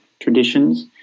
traditions